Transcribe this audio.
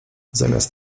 zamiast